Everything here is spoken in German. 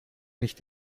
nicht